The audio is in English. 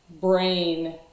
brain